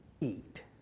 eat